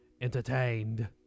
entertained